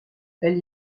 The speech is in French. elle